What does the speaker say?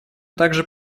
также